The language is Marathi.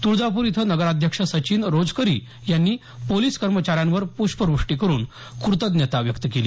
तुळजापूर इथं नगराध्यक्ष सचिन रोजकरी यांनी पोलिस कर्मचाऱ्यांवर प्ष्पवृष्टी करून कृतज्ञता व्यक्त केली